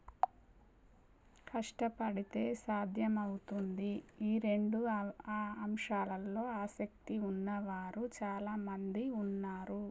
కష్టపడితే సాధ్యమవుతుంది ఈ రెండు అంశాలల్లో ఆసక్తి ఉన్నవారు చాలా మంది ఉన్నారు